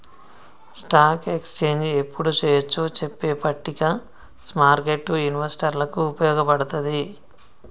stock exchange యెప్పుడు చెయ్యొచ్చో చెప్పే పట్టిక స్మార్కెట్టు ఇన్వెస్టర్లకి వుపయోగపడతది